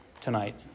tonight